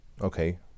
okay